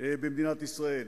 במדינת ישראל.